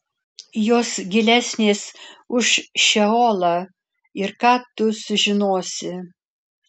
jos gilesnės už šeolą ir ką tu sužinosi